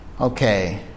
okay